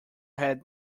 had